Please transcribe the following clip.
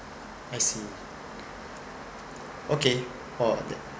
I see okay oh